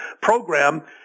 program